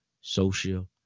social